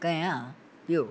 कयां पियो